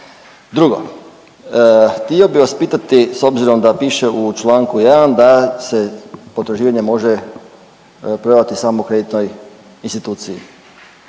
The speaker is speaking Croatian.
Drugo, htio bih vas pitati, s obzirom da piše u čl. 1 da se potraživanje može prodati samo kreditnoj instituciji.